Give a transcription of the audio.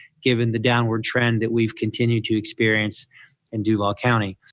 given the downward trend that we've continued to experience in duval county.